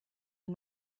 est